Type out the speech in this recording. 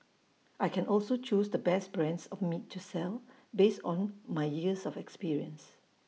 I can also choose the best brands of meat to sell based on my years of experience